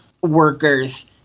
workers